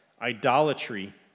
idolatry